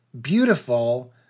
beautiful